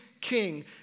king